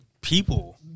people